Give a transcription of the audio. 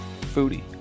Foodie